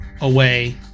away